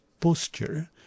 posture